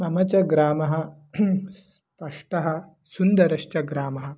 मम च ग्रामः स्पष्टः सुन्दरश्च ग्रामः